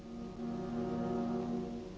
what